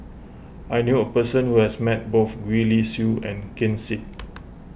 I knew a person who has met both Gwee Li Sui and Ken Seet